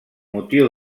motiu